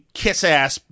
kiss-ass